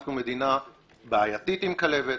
אנחנו מדינה בעייתית עם כלבת.